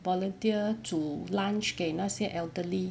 volunteer 煮 lunch 给那些 elderly